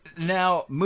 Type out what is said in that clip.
Now